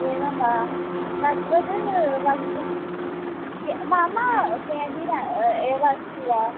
एवं वा तद्वत् वक्तुं मम केण्डीन् एव अस्ति वा